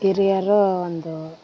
ಹಿರಿಯರು ಒಂದು